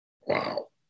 Wow